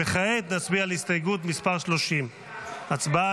וכעת נצביע על הסתייגות מס' 30. הצבעה